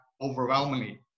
overwhelmingly